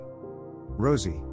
rosie